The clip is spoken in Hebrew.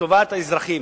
לטובת האזרחים.